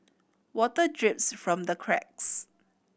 water drips from the cracks